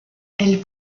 elle